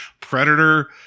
predator